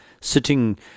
sitting